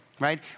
right